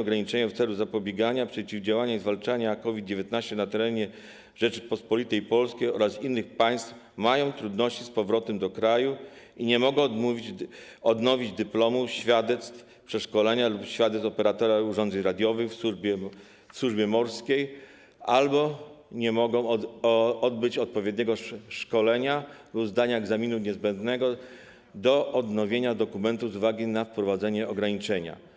ograniczenia wprowadzone w celu zapobiegania, przeciwdziałania i zwalczania COVID-19 na terenie Rzeczypospolitej Polskiej oraz innych państw mają trudności z powrotem do kraju i nie mogą odnowić dyplomu, świadectw, przeszkolenia lub świadectw operatora urządzeń radiowych w służbie morskiej albo nie mogą odbyć odpowiedniego szkolenia lub zdać egzaminu niezbędnego do odnowienia dokumentów z uwagi na wprowadzone ograniczenia.